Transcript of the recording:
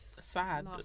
sad